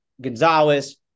Gonzalez